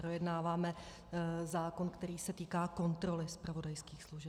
Projednáváme zákon, který se týká kontroly zpravodajských služeb.